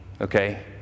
okay